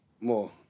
More